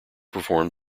perform